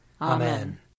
Amen